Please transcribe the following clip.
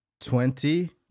twenty